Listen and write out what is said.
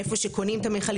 איפה שקונים את המכלים.